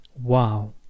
Wow